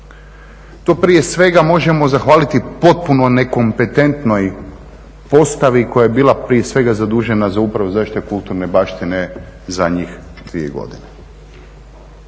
To prije svega možemo zahvaliti potpuno nekompetentnoj postavi koja je bila prije svega zadužena za upravo zaštite kulturne baštine, zadnjih dvije godine.